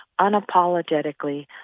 unapologetically